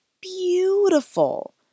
beautiful